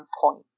point